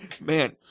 man